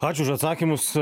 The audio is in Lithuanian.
ačiū už atsakymus